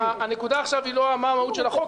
הנקודה עכשיו היא לא מה המהות של החוק,